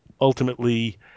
ultimately